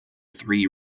three